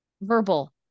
verbal